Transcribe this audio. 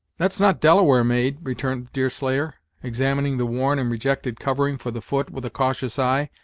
that's not delaware made, returned deerslayer, examining the worn and rejected covering for the foot with a cautious eye.